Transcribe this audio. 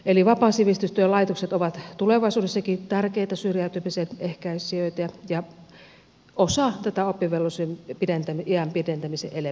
eli vapaan sivistystyön laitokset ovat tulevaisuudessakin tärkeitä syrjäytymisen ehkäisijöitä ja osa tätä oppivelvollisuuden iän pidentämisen elementtiä